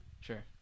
Sure